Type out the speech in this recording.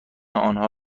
آنها